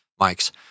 mics